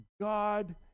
God